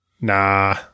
Nah